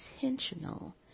intentional